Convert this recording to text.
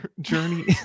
Journey